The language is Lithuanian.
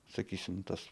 sakysim tas